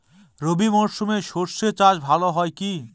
রবি মরশুমে সর্ষে চাস ভালো হয় কি?